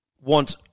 want